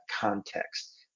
context